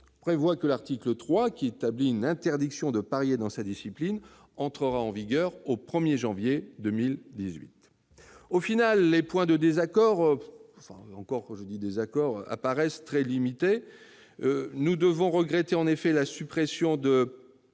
prévoit que l'article 3, qui établit une interdiction de parier dans sa propre discipline, entrera en vigueur au 1 janvier 2018. Finalement, les points de désaccord apparaissent donc très limités. Certes, nous regrettons la suppression de